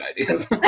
ideas